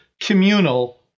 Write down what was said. communal